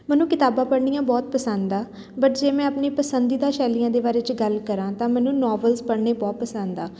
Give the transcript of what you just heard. ਮੈਨੂੰ ਕਿਤਾਬਾਂ ਪੜ੍ਹਨੀਆਂ ਬਹੁਤ ਪਸੰਦ ਆ ਬਟ ਜੇ ਮੈਂ ਆਪਣੀ ਪਸੰਦੀਦਾ ਸ਼ੈਲੀਆਂ ਦੇ ਬਾਰੇ 'ਚ ਗੱਲ ਕਰਾਂ ਤਾਂ ਮੈਨੂੰ ਨੋਵਲਸ ਪੜ੍ਹਨੇ ਬਹੁਤ ਪਸੰਦ ਆ